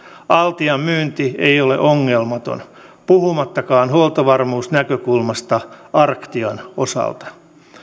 altian myynti ei ole ongelmaton puhumattakaan huoltovarmuusnäkökulmasta arctian osalta